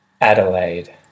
Adelaide